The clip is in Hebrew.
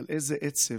אבל איזה עצב,